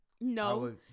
no